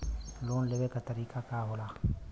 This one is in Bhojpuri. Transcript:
लोन लेवे क तरीकाका होला?